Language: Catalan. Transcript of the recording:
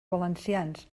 valencians